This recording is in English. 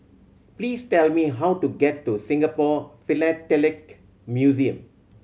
please tell me how to get to Singapore Philatelic Museum